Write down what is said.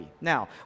Now